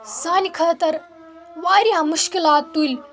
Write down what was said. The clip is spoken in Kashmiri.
سانہِ خٲطرٕ واریاہ مُشکِلات تُلۍ